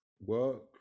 Work